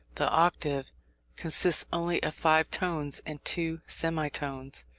the octave consists only of five tones and two semi-tones,